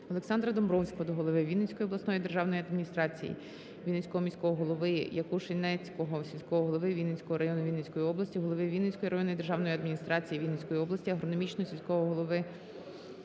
Олександра Домбровського голови Вінницької обласної державної адміністрації, Вінницького міського голови, Якушинецького сільського голови Вінницького району Вінницької області, голови Вінницької районної державної адміністрації Вінницької області, Агрономічного сільського голови